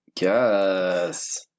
Yes